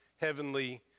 heavenly